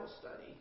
study